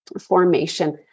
formation